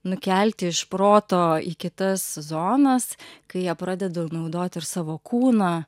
nukelti iš proto į kitas zonas kai jie pradeda naudot ir savo kūną